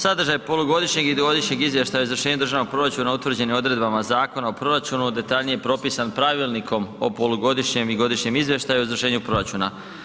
Sadržaj polugodišnjeg i godišnjeg izvještaja za izvršenje državnog proračuna utvrđen je odredbama Zakona o proračunu ... detaljnije propisan pravilnikom o polugodišnjem i godišnjem izvještaju o izvršenju proračuna.